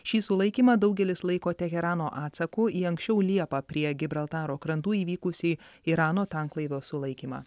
šį sulaikymą daugelis laiko teherano atsaku į anksčiau liepą prie gibraltaro krantų įvykusį irano tanklaivio sulaikymą